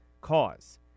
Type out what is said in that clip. cause